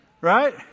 Right